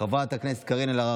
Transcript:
חברת הכנסת אורית פרקש הכהן,